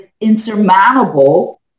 insurmountable